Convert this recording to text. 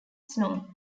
snow